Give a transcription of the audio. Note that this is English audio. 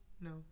No